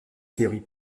théorie